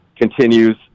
continues